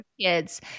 kids